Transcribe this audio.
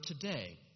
today